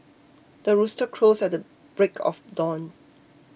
the rooster crows at the break of dawn